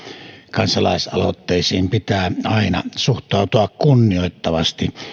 kansalaisaloitteisiin pitää aina suhtautua kunnioittavasti